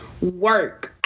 work